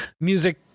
music